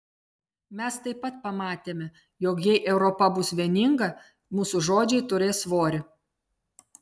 mes taip pat pamatėme jog jei europa bus vieninga mūsų žodžiai turės svorį